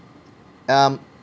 um